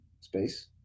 space